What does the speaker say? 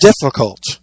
difficult